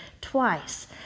twice